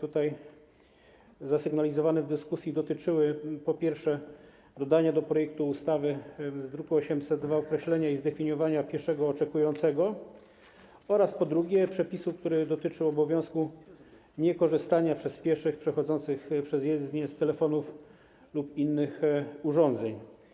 tutaj zasygnalizowane w dyskusji, dotyczyły dodania do projektu ustawy z druku nr 802, po pierwsze, określenia i zdefiniowania pieszego oczekującego, a po drugie, przepisów, które dotyczą obowiązku niekorzystania przez pieszych przechodzących przez jezdnię z telefonów lub innych urządzeń.